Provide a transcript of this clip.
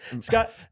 Scott